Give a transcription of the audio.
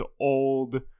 old